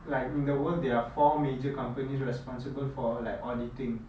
like in the world there are four major companies responsible for like auditing